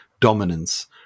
dominance